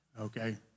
Okay